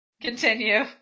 Continue